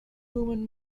woman